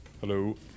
hello